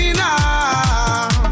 now